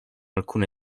alcune